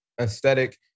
aesthetic